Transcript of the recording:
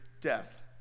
death